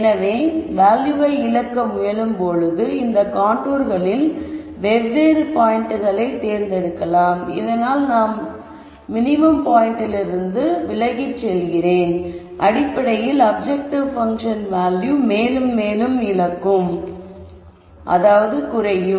எனவே வேல்யூவை இழக்க முயலும் பொழுது இந்த கான்டூர்களில் வெவ்வேறு பாயிண்ட்களை தேர்ந்தெடுக்கலாம் இதனால் நான் மினிமம் பாயிண்டிலிருந்து விலகிச் செல்வதால் அடிப்படையில் அப்ஜெக்டிவ் பங்க்ஷன் வேல்யூவை மேலும் மேலும் இழப்போம்